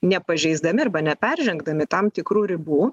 nepažeisdami arba neperžengdami tam tikrų ribų